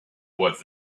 worth